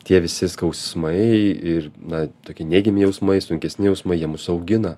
tie visi skausmai ir na tokie neigiami jausmai sunkesni jausmai jie mus augina